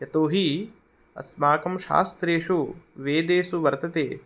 यतो हि अस्माकं शास्त्रेषु वेदेषु वर्तते